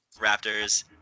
Raptors